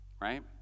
right